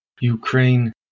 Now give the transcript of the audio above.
Ukraine